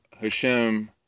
Hashem